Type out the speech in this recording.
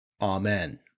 Amen